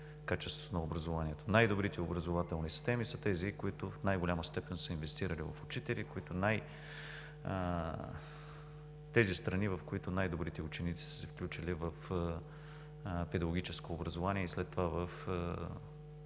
качеството на образованието. Най-добрите образователни системи са тези, които в най-голяма степен са инвестирали в учители, в страни, в които най-добрите ученици са се включили в педагогическо образование и след това в